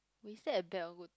is that a bad or good